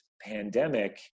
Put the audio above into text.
pandemic